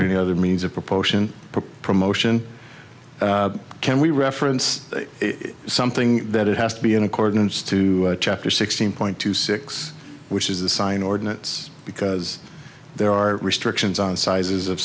or any other means of propulsion for promotion can we reference something that has to be in accordance to chapter sixteen point two six which is the sign ordinance because there are restrictions on sizes of